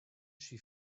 she